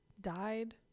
died